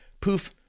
Poof